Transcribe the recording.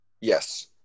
Yes